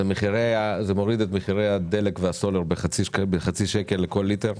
זה מוריד את מחירי הדלק והסולר בחצי שקל לכל ליטר,